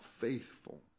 faithful